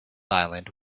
island